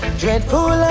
dreadful